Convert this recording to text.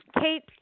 kate